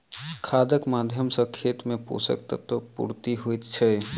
खादक माध्यम सॅ खेत मे पोषक तत्वक पूर्ति होइत छै